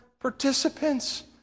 participants